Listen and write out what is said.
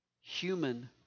human